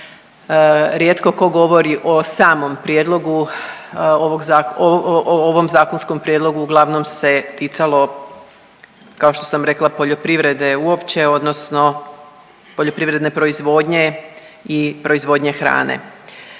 rijetko tko govori o samom prijedlogu, o ovom zakonskom prijedlogu. Uglavnom se ticalo kao što sam rekao poljoprivrede uopće odnosno poljoprivredne proizvodnje i proizvodnje hrane.